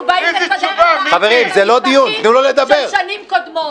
--- אנחנו באים לקדם --- של שנים קודמות.